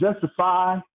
justify